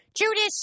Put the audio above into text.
Judas